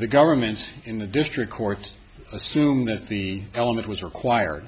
the governments in the district court assume that the element was required